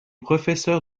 professeur